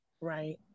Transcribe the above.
Right